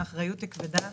האחריות היא כבדה